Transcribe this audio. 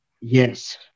yes